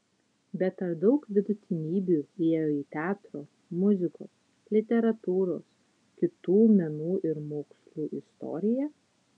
bet ar daug vidutinybių įėjo į teatro muzikos literatūros kitų menų ir mokslų istoriją